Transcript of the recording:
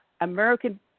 American